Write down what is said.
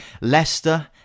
Leicester